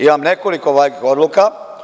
Imam nekoliko ovakvih odluka.